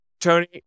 Tony